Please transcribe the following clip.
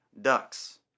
Ducks